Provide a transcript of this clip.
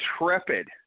intrepid